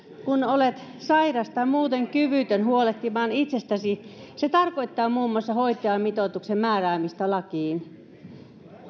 kun olet sairas tai muuten kyvytön huolehtimaan itsestäsi se tarkoittaa muun muassa hoitajamitoituksen määräämistä lakiin